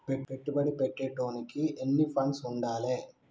పెట్టుబడి పెట్టేటోనికి ఎన్ని ఫండ్స్ ఉండాలే?